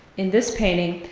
in this painting,